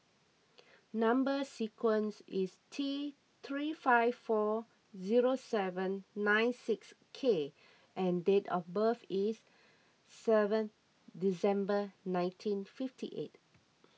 Number Sequence is T three five four zero seven nine six K and date of birth is seven December nineteen fifty eight